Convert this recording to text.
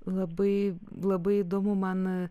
labai labai įdomu man